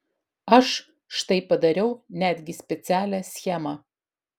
aš štai padariau netgi specialią schemą